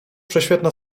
prześwietna